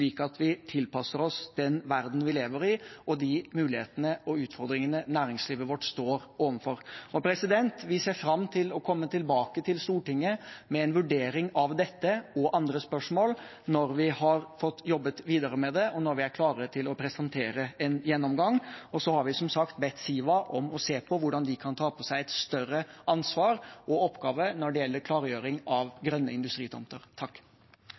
at vi tilpasser oss den verdenen vi lever i, og de mulighetene og utfordringene næringslivet vårt står overfor. Vi ser fram til å komme tilbake til Stortinget med en vurdering av dette og andre spørsmål når vi har fått jobbet videre med det, og når vi er klare til å presentere en gjennomgang. Så har vi som sagt bedt Siva se på hvordan de kan ta på seg større ansvar og oppgaver når det gjelder klargjøring av grønne industritomter.